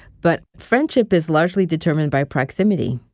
but friendship is largely determined by proximity.